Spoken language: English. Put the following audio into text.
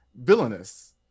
villainous